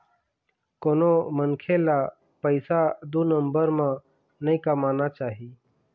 कोनो मनखे ल पइसा दू नंबर म नइ कमाना चाही